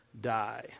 die